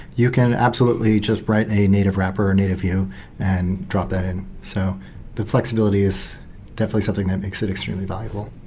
you can absolutely just write a native wrap or a native view and drop that in. so the flexibility is definitely something that makes it extremely valuable.